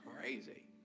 crazy